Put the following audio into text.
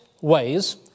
ways